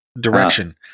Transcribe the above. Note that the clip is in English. direction